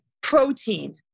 protein